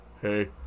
Hey